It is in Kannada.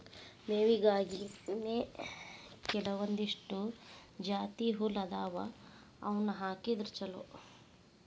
ಮೇವಿಗಾಗಿನೇ ಕೆಲವಂದಿಷ್ಟು ಜಾತಿಹುಲ್ಲ ಅದಾವ ಅವ್ನಾ ಹಾಕಿದ್ರ ಚಲೋ